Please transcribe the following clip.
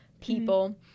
people